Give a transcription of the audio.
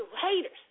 haters